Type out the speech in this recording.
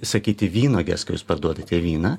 sakyti vynuogės kai jūs parduodate vyną